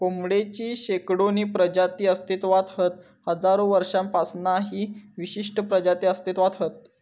कोंबडेची शेकडोनी प्रजाती अस्तित्त्वात हत हजारो वर्षांपासना ही विशिष्ट प्रजाती अस्तित्त्वात हत